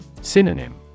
Synonym